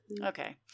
Okay